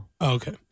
okay